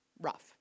rough